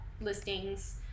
listings